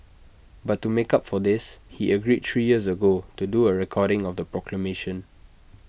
but to make up for this he agreed three years ago to do A recording of the proclamation